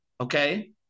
Okay